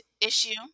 issue